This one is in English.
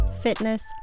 fitness